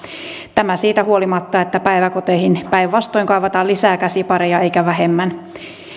tämä siitä huolimatta että päiväkoteihin päinvastoin kaivataan lisää käsipareja eikä vähemmän